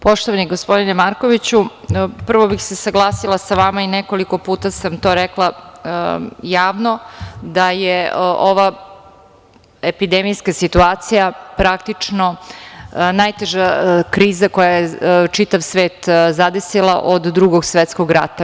Poštovani gospodine Markoviću, prvo bih se saglasila sa vama i nekoliko puta sam to rekla javno da je ova epidemijska situacija praktično najteža kriza koja je čitav svet zadesila od Drugog svetskog rata.